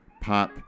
Pop